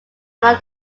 along